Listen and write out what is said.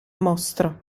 mostro